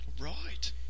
Right